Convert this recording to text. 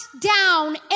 down